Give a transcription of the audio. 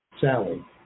Sally